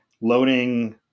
loading